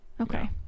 Okay